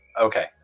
Okay